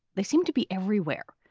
they seem to be everywhere,